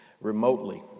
remotely